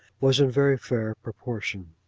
was in very fair proportion.